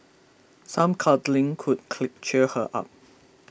some cuddling could cheer her up